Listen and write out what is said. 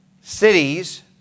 cities